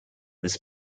this